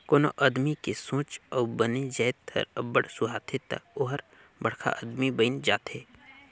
कोनो उद्यमी के सोंच अउ बने जाएत हर अब्बड़ सुहाथे ता ओहर बड़खा उद्यमी बइन जाथे